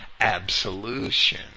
absolution